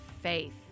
Faith